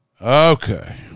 Okay